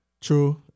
True